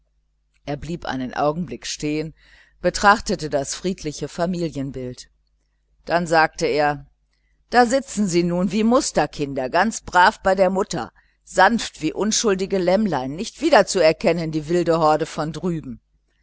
er blieb einen augenblick stehen und betrachtete das friedliche familienbild dann sagte er da sitzen sie nun wie musterkinder ganz brav bei der mutter sanft wie unschuldige lämmlein nicht wieder zu erkennen die wilde horde von drüben